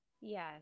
Yes